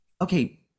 okay